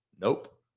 Nope